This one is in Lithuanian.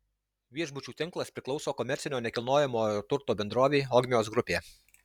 viešbučių tinklas priklauso komercinio nekilnojamojo turto bendrovei ogmios grupė